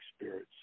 spirits